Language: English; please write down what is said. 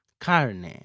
Carne